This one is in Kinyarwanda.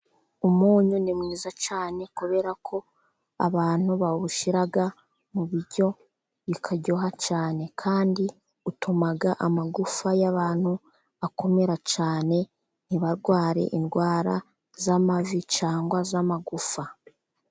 Umunyu ni mwiza cyane kubera ko abantu bawushyira mu biryo bikaryoha cyane, kandi utuma amagufa y'abantu akomera cyane, ntibarware indwara z'amavi cyangwa z'amagufa.